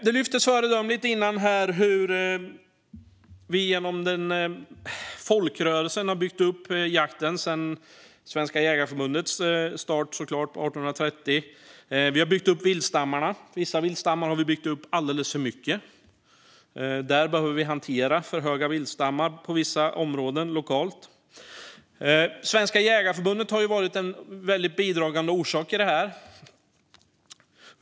Det lyftes tidigare här föredömligt hur vi genom folkrörelsen har byggt upp jakten sedan Svenska Jägareförbundets start 1830. Vi har byggt upp viltstammarna. Vissa viltstammar har vi byggt upp alldeles för mycket. I vissa områden lokalt behöver vi hantera för stora viltstammar. Svenska Jägareförbundet har varit väldigt bidragande i detta.